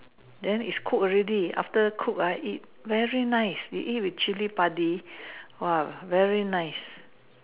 then is cook already after cook ah eat very nice you eat with Chili padi !wah! very nice